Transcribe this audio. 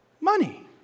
Money